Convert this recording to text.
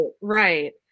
right